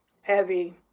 heavy